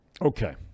Okay